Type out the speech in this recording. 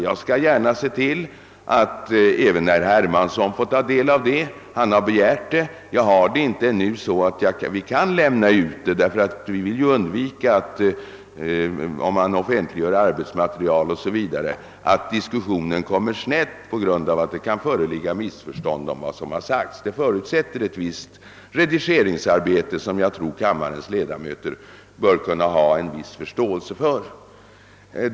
Jag skall gärna se till att även herr Hermansson får ta del av det; han har ju begärt det. Jag har ännu inte detta material tillgängligt i sådan form att det kan lämnas ut. Vi vill nämligen, när vi offentliggör arbetsmaterial och liknande, söka undvika att diskussionen snedvrids på grund av onödiga missförstånd om vad som avses. Det förutsätter ett visst redigeringsarbete, och det tror jag kammarens ledamöter bör kunna ha en förståelse för.